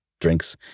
drinks